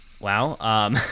wow